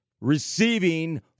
receiving